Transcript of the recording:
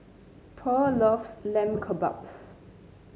Purl loves Lamb Kebabs